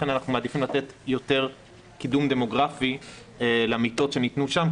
לכן אנחנו מעדיפים לתת יותר קידום דמוגרפי למיטות שניתנו שם,